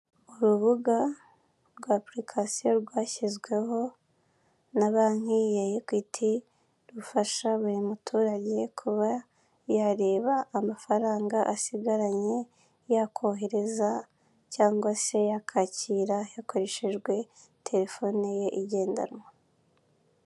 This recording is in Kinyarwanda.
Urubuga rw'apulikasiyo rwashyizweho na banki ya ikwiti rufasha buri muturage kuba yareba amafaranga asigaranye, yakohereza cyangwa se yakwakira hakoreshejwe terefone ye igendanwa.